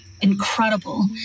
incredible